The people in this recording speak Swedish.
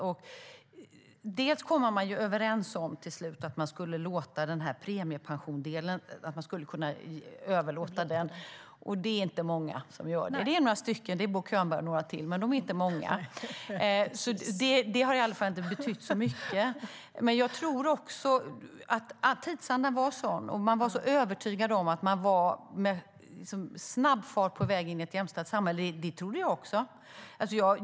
Till slut kom man ju överens om att man skulle kunna överlåta premiepensionsdelen, men det är inte många som gör det. Det är några stycken - Bo Könberg och några till - men de är inte många. Det har alltså inte betytt särskilt mycket. Jag tror att tidsandan var sådan. Man var så övertygad om att man med snabb fart var på väg in i ett jämställt samhälle. Det trodde jag också.